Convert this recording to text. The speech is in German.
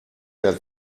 der